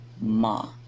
ma